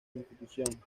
institución